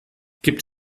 gibt